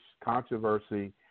controversy